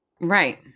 Right